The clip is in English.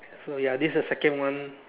so ya this is the second one